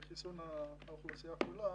בחיסון האוכלוסייה כולה.